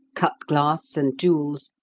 cut glass and jewels,